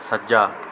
ਸੱਜਾ